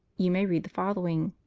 you may read the following